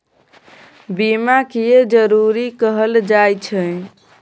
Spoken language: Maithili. बीमा किये जरूरी कहल जाय छै?